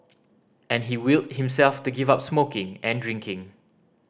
and he willed himself to give up smoking and drinking